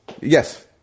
Yes